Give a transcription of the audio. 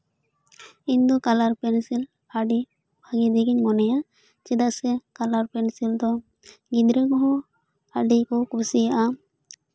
ᱤᱧ ᱫᱚ colour pencil ᱟᱹᱰᱤ ᱥᱩᱵᱤᱫᱷᱟᱜᱤᱧ ᱢᱚᱱᱮᱭᱟ ᱪᱮᱫᱟᱜ ᱥᱮ ᱠᱟᱞᱟᱨ ᱯᱮᱱᱥᱤᱞ ᱫᱚ ᱜᱤᱫᱽᱨᱟᱹ ᱠᱚᱦᱚᱸ ᱟᱹᱰᱤ ᱠᱚ ᱠᱩᱥᱤᱭᱟᱜᱼᱟ